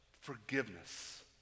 forgiveness